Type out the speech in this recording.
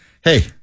Hey